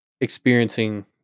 experiencing